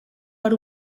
per